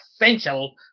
essential